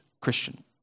Christian